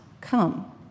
come